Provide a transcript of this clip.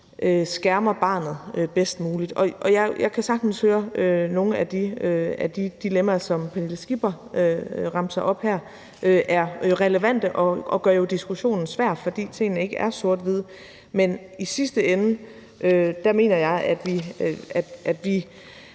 skærmer barnet bedst muligt. Jeg kan sagtens høre, at nogle af de dilemmaer, som fru Pernille Skipper remser op her, er relevante, og det gør jo diskussionen svær, at tingene ikke er sort-hvide. Men i sidste ende mener jeg, at vi